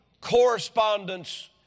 correspondence